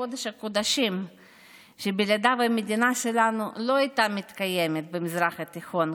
קודש-הקודשים שבלעדיו המדינה שלנו לא הייתה מתקיימת במזרח התיכון,